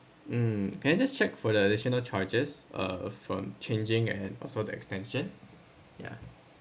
mm can I just check for the additional charges uh from changing and also the extension ya